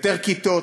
יותר כיתות.